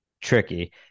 tricky